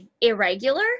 irregular